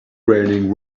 raining